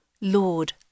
Lord